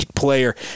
player